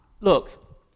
Look